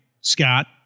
Scott